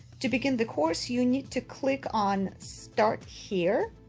to begin the course, you need to click on start here,